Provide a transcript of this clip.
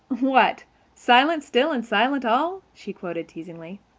what silent still and silent all she quoted teasingly.